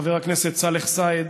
חבר הכנסת סאלח סעד,